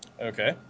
Okay